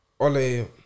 Ole